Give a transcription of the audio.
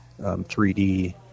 3D